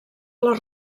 les